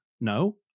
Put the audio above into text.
No